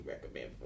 recommend